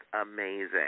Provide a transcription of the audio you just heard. amazing